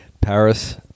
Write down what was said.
Paris